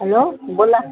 hello बोला